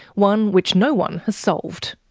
one which no one has solved.